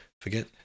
Forget